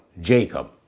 Jacob